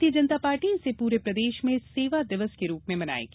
भारतीय जनता पार्टी इसे पूरे प्रदेश में सेवा दिवस के रूप में मनाएगी